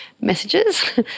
messages